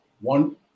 One